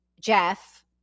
Jeff